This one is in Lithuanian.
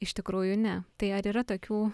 iš tikrųjų ne tai ar yra tokių